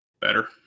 better